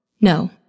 No